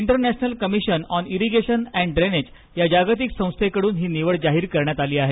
international commission on irrigation and drainage या जागतिक संस्थेकडून ही निवड जाहीर करण्यात आली आहे